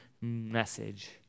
message